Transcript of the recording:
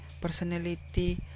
personality